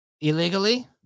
Illegally